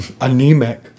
anemic